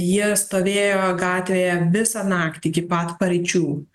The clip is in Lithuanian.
jie stovėjo gatvėje visą naktį iki pat paryčių